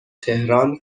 تهران